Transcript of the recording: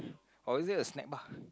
or is that a snack bar